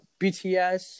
BTS